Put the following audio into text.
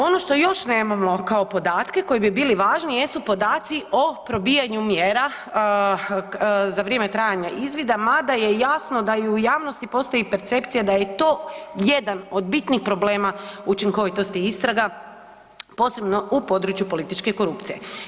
Ono što još nemamo kao podatke koji bi bili važni jesu podaci o probijanju mjera za vrijeme trajanja izvida, mada je jasno da i u javnosti postoji percepcija da je i to jedan od bitnih problema učinkovitosti istraga posebno u području političke korupcije.